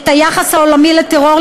את היחס העולמי לטרור,